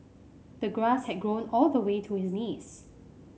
the grass had grown all the way to his knees